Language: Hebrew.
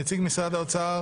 נחזור ב-10:20.